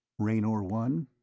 raynor one?